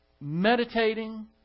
meditating